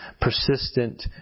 persistent